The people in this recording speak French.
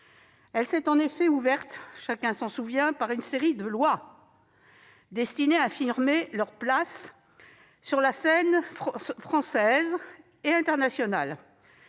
Elle s'est en effet ouverte, chacun s'en souvient, par une série de lois destinées à affirmer leur place sur la scène française et internationale